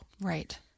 Right